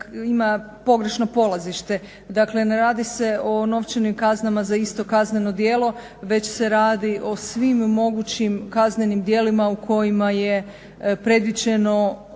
ima pogrešno polazište. Dakle, ne radi se o novčanim kaznama za isto kazneno djelo već se radi o svim mogućim kaznenim djelima u kojima je predviđena